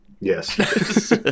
yes